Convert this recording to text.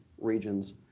regions